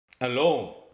alone